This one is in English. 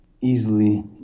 easily